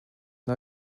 now